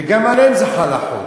וגם עליהם חל החוק.